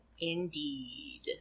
Indeed